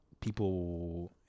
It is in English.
people